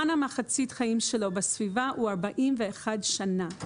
מחצית החיים שלו בסביבה הוא 41 שנה.